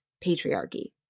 patriarchy